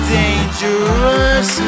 dangerous